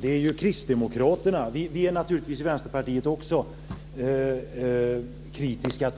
Fru talman! Vi är naturligtvis också i Vänsterpartiet kritiska